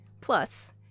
Plus